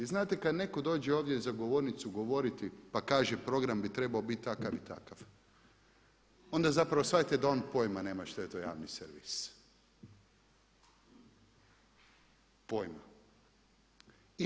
Znate kada netko dođe ovdje za govornicu govoriti pa kaže program bi trebao biti takav i takav, onda zapravo shvatite da on pojma nema što je to javni servis, pojma.